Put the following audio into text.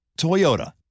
Toyota